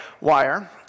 wire